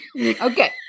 Okay